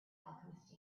alchemist